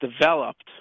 developed